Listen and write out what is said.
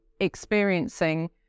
experiencing